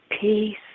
peace